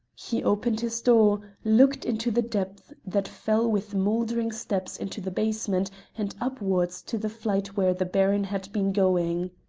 he opened his door, looked into the depths that fell with mouldering steps into the basement and upwards to the flight where the baron had been going.